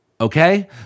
Okay